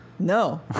No